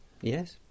Yes